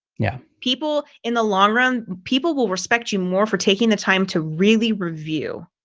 yeah, people in the long run, people will respect you more for taking the time to really review.